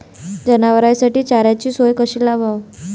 जनावराइसाठी चाऱ्याची सोय कशी लावाव?